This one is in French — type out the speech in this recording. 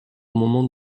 moments